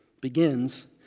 begins